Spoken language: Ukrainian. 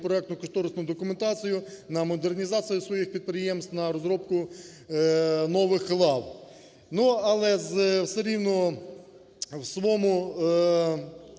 проектно-кошторисну документацію, на модернізацію своїх підприємств, на розробку нових лав. Ну, але все рівно в своєму